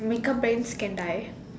make up brands can die